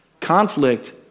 Conflict